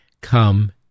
Come